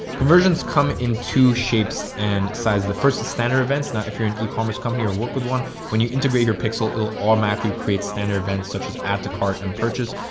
conversions come in two shapes and sizes, the first center events. now if you're an ecommerce company or work with one, when you integrate your pixel, it'll automatically create standard events such as add to cart and purchase.